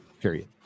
period